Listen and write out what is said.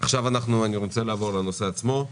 נעבור לנושא עצמו.